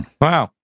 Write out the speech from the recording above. Wow